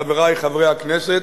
חברי חברי הכנסת,